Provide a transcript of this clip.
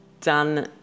done